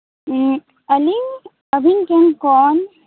ᱟᱹᱞᱤᱧ ᱟᱹᱵᱤᱱ ᱴᱷᱮᱱ ᱠᱷᱚᱱ